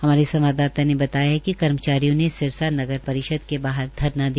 हमारे संवाददाता ने बताया कि कर्मचारियों ने सिरसा नगर परिषद के बाहर धरना दिया